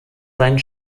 seinen